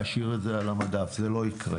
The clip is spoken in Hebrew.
להשאיר את זה על המדף, זה לא יקרה.